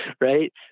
right